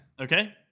Okay